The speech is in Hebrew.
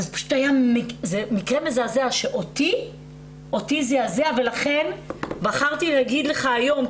אבל זה מקרה מזעזע שאותי זיעזע ולכן בחרתי להגיד לך היום,